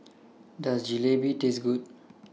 Does Jalebi Taste Good